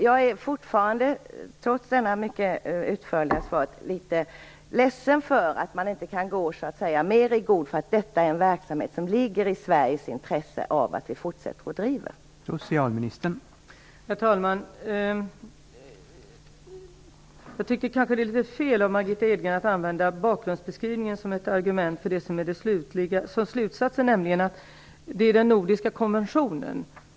Jag är fortfarande, trots detta mycket utförliga svar, litet ledsen för att man inte i större utsträckning kan gå i god för detta. Det ligger i Sveriges intresse att vi fortsätter driva denna verksamhet.